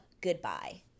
Goodbye